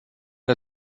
der